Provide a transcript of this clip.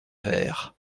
vert